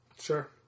Sure